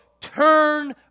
turn